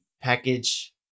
package